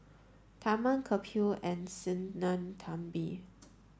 Tharman Kapil and Sinnathamby